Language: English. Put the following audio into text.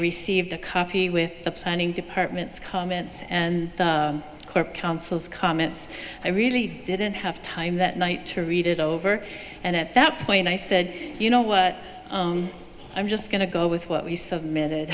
received a copy with the planning department comment and counsel's comments i really didn't have time that night to read it over and at that point i said you know what i'm just going to go with what we submitted